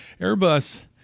airbus